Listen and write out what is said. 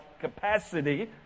capacity